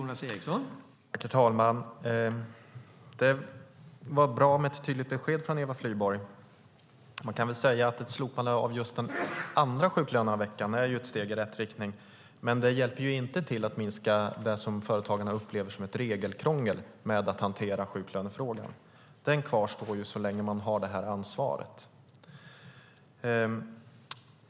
Herr talman! Det var bra med ett tydligt besked från Eva Flyborg. Man kan säga att ett slopande av sjuklöneansvaret för den andra veckan är ett steg i rätt riktning. Men det hjälper inte till att minska det som företagarna upplever som ett regelkrångel med att hantera sjuklönefrågan. Den kvarstår så länge de har detta ansvar.